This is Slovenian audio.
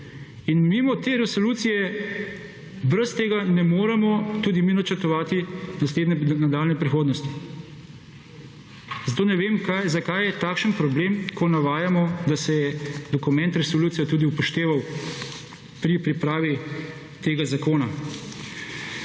In mimo te resolucije brez tega ne moremo tudi mi načrtovati naslednje nadaljnje prihodnosti. Zato ne vem zakaj je takšen problem, ko navajamo, da se je dokument resolucije tudi upošteval pri pripravi tega zakona.